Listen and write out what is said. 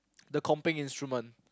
the comping instrument